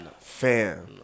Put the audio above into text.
Fam